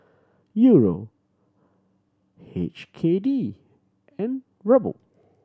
Euro H K D and Ruble